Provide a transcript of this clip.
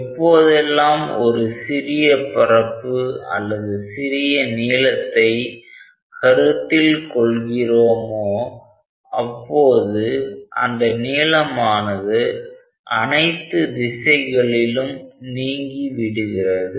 எப்போதெல்லாம் ஒரு சிறிய பரப்பு அல்லது சிறிய நீளத்தை கருத்தில் கொள்கிறோமோ அப்போது அந்த நீளமானது அனைத்து திசைகளிலும் நீங்கி விடுகிறது